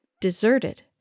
Deserted